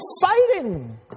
fighting